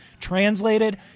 Translated